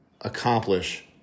accomplish